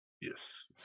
Yes